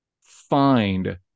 find